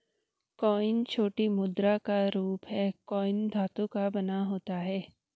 coin छोटी मुद्रा का रूप है कॉइन धातु का बना होता है